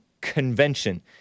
Convention